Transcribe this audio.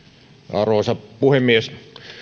arvoisa puhemies